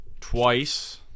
twice